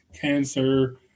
cancer